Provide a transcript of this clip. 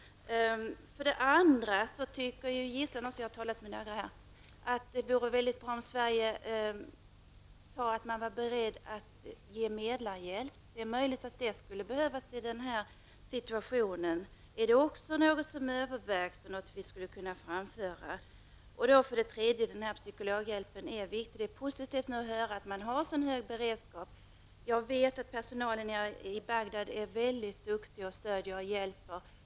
För det andra anser gisslan också, jag har talat med några av dem, att det vore mycket bra om Sverige sade sig vara berett att ge medlarhjälp. Det är möjligt att detta kan behövas i denna situation. Är detta något som övervägs och som Sverige skulle kunna framföra? För det tredje är psykologhjälpen viktig. Det är positivt att höra att det finns en sådan beredskap. Jag vet att personalen i Bagdad är mycket duktig och att den stöder och hjälper.